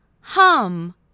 Hum